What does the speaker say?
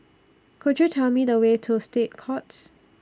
Could YOU Tell Me The Way to State Courts